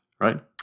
right